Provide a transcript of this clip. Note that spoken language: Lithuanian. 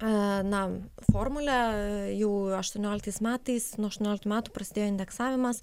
na formule jų aštuonioliktais metais nuo aštuonioliktų metų prasidėjo indeksavimas